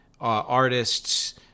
artists